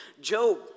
Job